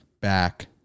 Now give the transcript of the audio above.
back